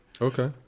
Okay